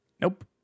nope